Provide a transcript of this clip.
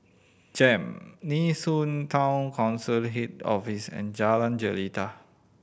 JEM Nee Soon Town Council Head Office and Jalan Jelita